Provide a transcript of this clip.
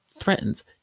threatens